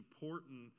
important